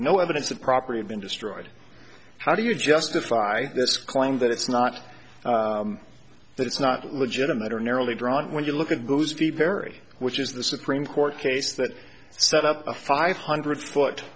no evidence of property been destroyed how do you justify this claim that it's not that it's not legitimate or narrowly drawn when you look at those feet very which is the supreme court case that set up a five hundred foot